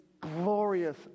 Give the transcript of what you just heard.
glorious